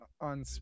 on